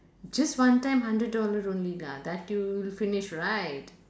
just one time hundred dollar only lah that you'll finish right